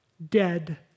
Dead